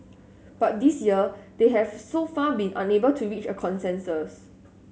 but this year they have so far been unable to reach a consensus